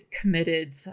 committed